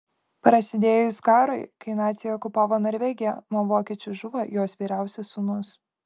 prasidėjus karui kai naciai okupavo norvegiją nuo vokiečių žuvo jos vyriausias sūnus